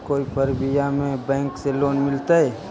कोई परबिया में बैंक से लोन मिलतय?